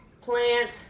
Plant